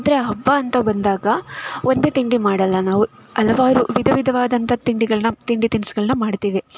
ಆದರೆ ಹಬ್ಬ ಅಂತ ಬಂದಾಗ ಒಂದೇ ತಿಂಡಿ ಮಾಡೋಲ್ಲ ನಾವು ಹಲವಾರು ವಿಧ ವಿಧವಾದಂಥ ತಿಂಡಿಗಳನ್ನು ತಿಂಡಿ ತಿನ್ಸುಗಳ್ನ ಮಾಡ್ತೀವಿ